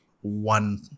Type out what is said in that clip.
one